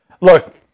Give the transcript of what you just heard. Look